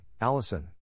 Allison